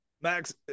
Max